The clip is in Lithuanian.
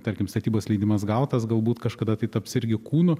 tarkim statybos leidimas gautas galbūt kažkada taps irgi kūnu